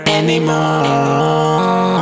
anymore